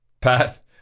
Pat